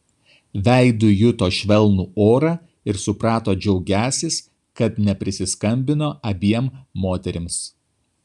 veidu juto švelnų orą ir suprato džiaugiąsis kad neprisiskambino abiem moterims